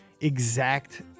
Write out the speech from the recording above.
exact